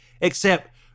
except